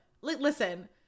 listen